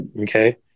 Okay